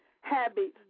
habits